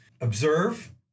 observe